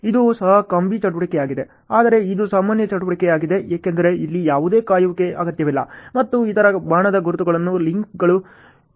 ಇದು ಸಹ ಕಾಂಬಿ ಚಟುವಟಿಕೆಯಾಗಿದೆ ಆದರೆ ಇದು ಸಾಮಾನ್ಯ ಚಟುವಟಿಕೆಯಾಗಿದೆ ಏಕೆಂದರೆ ಇಲ್ಲಿ ಯಾವುದೇ ಕಾಯುವಿಕೆ ಅಗತ್ಯವಿಲ್ಲ ಮತ್ತು ಇತರ ಬಾಣದ ಗುರುತುಗಳನ್ನು ಲಿಂಕ್ಗಳು ಎಂದು ಕರೆಯಲಾಗುತ್ತದೆ